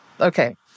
Okay